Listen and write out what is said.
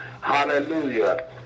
hallelujah